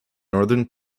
northern